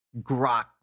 grok